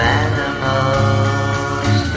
animals